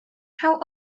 how